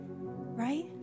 right